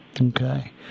okay